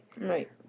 Right